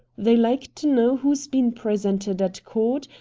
they like to know who's been presented at court,